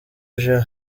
uje